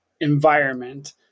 environment